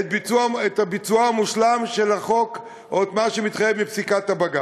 את הביצוע המושלם של החוק או את מה שמתחייב מפסיקת בג"ץ.